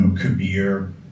Kabir